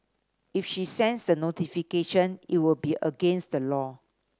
if she sends the notification it would be against the law